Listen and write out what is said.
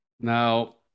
Now